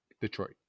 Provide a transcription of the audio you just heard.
Detroit